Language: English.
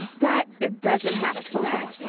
that it doesn't have to match,